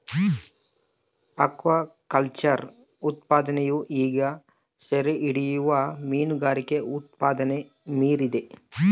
aquaculture ಉತ್ಪಾದನೆಯು ಈಗ ಸೆರೆಹಿಡಿಯುವ ಮೀನುಗಾರಿಕೆ ಉತ್ಪಾದನೆನ ಮೀರಿದೆ